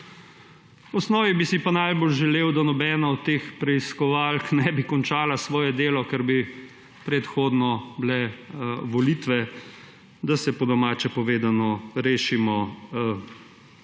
V osnovi bi si pa najbolj želel, da nobena od teh preiskovalk ne bi končala svojega dela, ker bi predhodno bile volitve, da se, po domače povedano, rešimo te